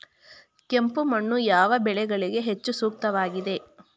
ಕೆಂಪು ಮಣ್ಣು ಯಾವ ಬೆಳೆಗಳಿಗೆ ಹೆಚ್ಚು ಸೂಕ್ತವಾಗಿದೆ?